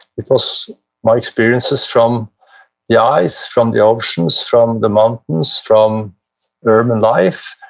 it was my experiences from the eyes, from the oceans, from the mountains, from urban life,